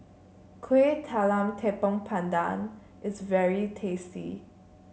Kueh Talam Tepong Pandan is very tasty